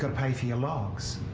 got paid for your logs.